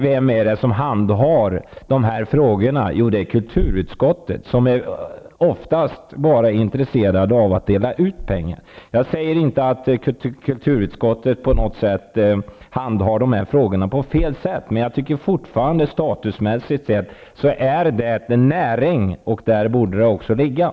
Vem handhar de här frågorna? Jo, det är kulturutskottet, som oftast bara är intresserat av att dela ut pengar. Jag säger inte att kulturutskottet på något sätt handhar frågorna på fel sätt, men jag tycker fortfarande att turistbranschen statusmässigt är en näring och att den därför borde höra till det området.